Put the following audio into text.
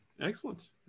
Excellent